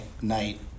night